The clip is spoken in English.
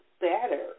better